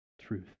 truth